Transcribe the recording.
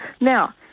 now